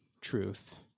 truth